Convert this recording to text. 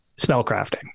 spellcrafting